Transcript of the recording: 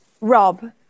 Rob